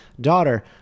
daughter